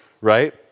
Right